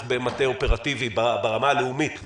במטה אופרטיבי ברמה הלאומית לכול.